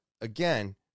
again